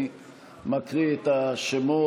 אני מקריא את השמות.